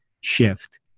shift